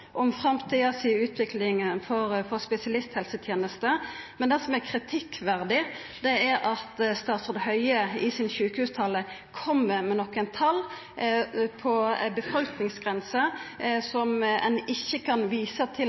om utviklinga i spesialisthelsetenesta i framtida. Men det som er kritikkverdig, er at statsråd Høie i si sjukehustale kjem med nokre tal om ei befolkningsgrense, der ein ikkje kan visa til